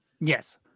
Yes